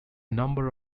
number